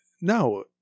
No